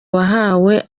wahawe